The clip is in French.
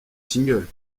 single